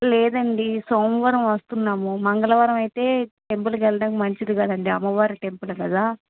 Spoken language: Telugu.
లేదండి సోమవారం వస్తున్నాము మంగళవారం అయితే టెంపుల్కు వెళ్ళడానికి మంచిది కాదండి అమ్మవారి టెంపుల్ కదా